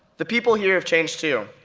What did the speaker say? the people here have changed too.